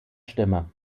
stimme